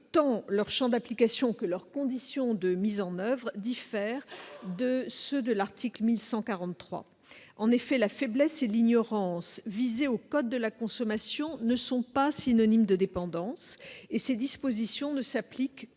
tant leur Champ d'application que leurs conditions de mise en oeuvre diffère de ceux de l'article 1143 en effet, la faiblesse et l'ignorance visés au code de la consommation ne sont pas synonymes de dépendance et ces dispositions ne s'appliquent. Que dans les